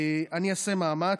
אני אעשה מאמץ.